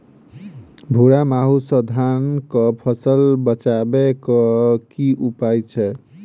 भूरा माहू सँ धान कऽ फसल बचाबै कऽ की उपाय छै?